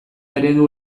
eredu